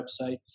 website